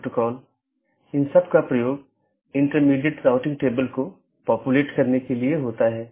autonomous system संगठन द्वारा नियंत्रित एक इंटरनेटवर्क होता है